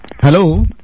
Hello